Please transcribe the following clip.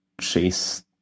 chase